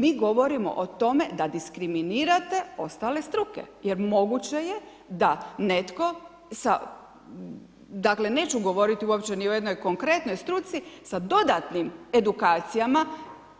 Mi govorimo o tome, da diskriminirate ostale struke, jer moguće je da netko, dakle, neću govoriti uopće ni o jednoj konkretnoj struci, sa dodatnim edukacijama,